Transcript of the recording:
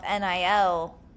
NIL